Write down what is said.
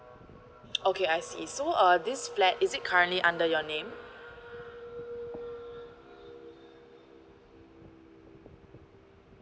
okay I see so uh this flat is it currently under your name